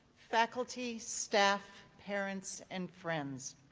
faculty, staff, parents, and friends.